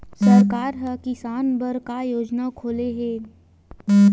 सरकार ह किसान बर का योजना खोले हे?